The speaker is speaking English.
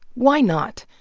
why not?